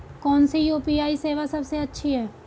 कौन सी यू.पी.आई सेवा सबसे अच्छी है?